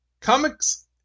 Comics